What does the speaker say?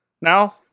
Now